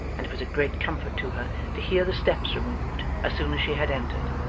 and it was a great comfort to her to hear the steps removed as soon as she had entered,